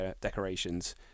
decorations